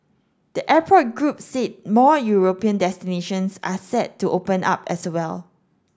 the airport group said more European destinations are set to open up as well